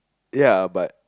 ya but